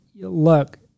look